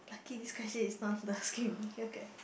lucky this question is not the asking me okay